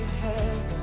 heaven